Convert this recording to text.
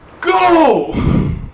Go